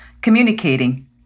communicating